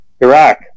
Iraq